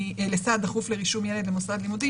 דחוף לרישום ילד למוסד לימודים,